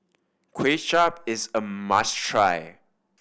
Kuay Chap is a must try